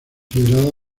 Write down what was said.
considerada